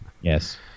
yes